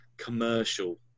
commercial